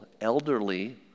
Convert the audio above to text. elderly